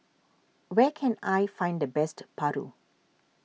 where can I find the best Paru